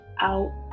out